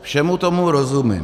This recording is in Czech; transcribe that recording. Všemu tomu rozumím.